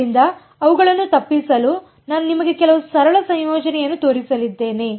ಆದ್ದರಿಂದ ಅವುಗಳನ್ನು ತಪ್ಪಿಸಲು ನಾನು ನಿಮಗೆ ಕೆಲವು ಸರಳ ಸಂಯೋಜನೆಗಳನ್ನು ತೋರಿಸಲಿದ್ದೇನೆ